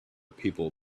people